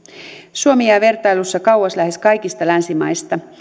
suomi jää vertailussa kauas lähes kaikista länsimaista